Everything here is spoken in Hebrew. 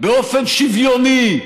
באופן שוויוני,